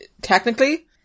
technically